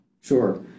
Sure